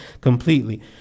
completely